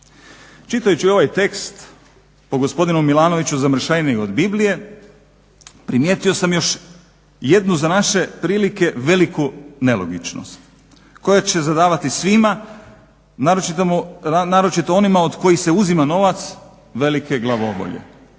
Čitajući ovaj tekst po gospodinu Milanoviću zamršeniji od Biblije primijetio sam još jednu za naše prilike veliku nelogičnost koja će zadavati svima naročito onima od kojih se uzima novac velike glavobolje.